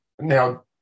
Now